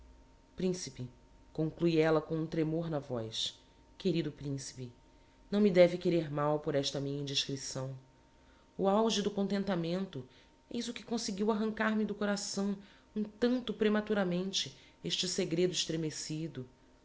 principe conclue ella com um tremor na voz querido principe não me deve querer mal por esta minha indiscreção o auge do contentamento eis o que conseguiu arrancar-me do coração um tanto prematuramente este segredo estremecido